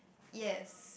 yes